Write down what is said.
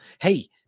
Hey